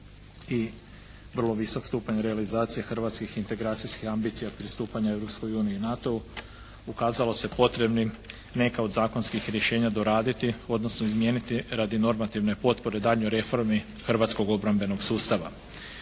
i vrlo visok stupanj realizacije hrvatskih integracijskih ambicija pristupanja Europskoj uniji i NATO-u ukazalo se potrebnim neke od zakonskih rješenja doraditi, odnosno izmijeniti radi normativne potpore daljnjoj reformi hrvatskog obrambenog sustava.